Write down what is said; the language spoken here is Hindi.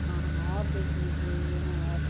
हाँ हाँ और देख लीजिये ये हैं और